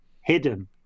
hidden